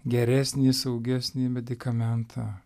geresnį saugesnį medikamentą